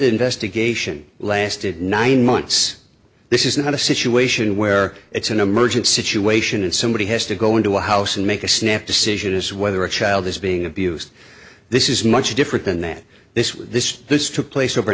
investigation lasted nine months this is not a situation where it's an emergent situation and somebody has to go into the house and make a snap decision is whether a child is being abused this is much different than that this was this this took place over